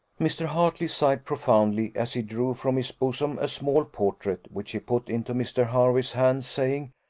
mr. hartley sighed profoundly as he drew from his bosom a small portrait, which he put into mr. hervey's hands, saying,